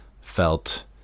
felt